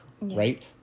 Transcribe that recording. right